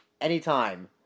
anytime